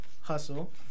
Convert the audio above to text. hustle